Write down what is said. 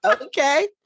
Okay